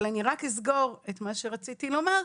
אבל אני רק אסגור את מה שרציתי לומר,